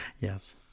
Yes